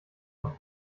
und